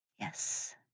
Yes